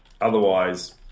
Otherwise